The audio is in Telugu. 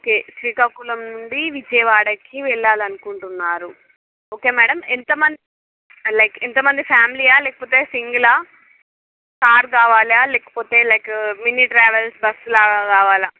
ఓకే శ్రీకాకుళం నుండి విజయవాడకి వెళ్ళాలి అనుకుంటున్నారు ఓకే మేడమ్ ఎంత మంది లైక్ ఎంత మంది ఫ్యామీలియా లేకపోతే సింగలా కార్ కావాలా లేకపోతే లైక్ మిని ట్రావెల్స్ బస్ లాగా కావాలా